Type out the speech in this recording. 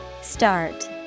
Start